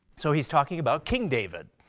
so he's talking about king david.